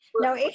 No